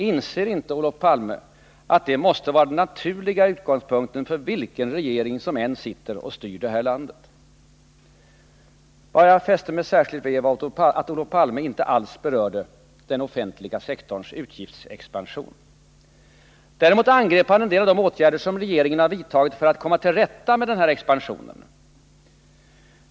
Inser inte Olof Palme att det måste vara den naturliga utgångspunkten, vilken regering som än styr det här landet? Vad jag särskilt fäste mig vid var att Olof Palme inte alls berörde den offentliga sektorns utgiftsexpansion. Däremot angrep han en del av de åtgärder som regeringen vidtagit för att komma till rätta med denna expansion.